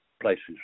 places